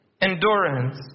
endurance